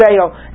sale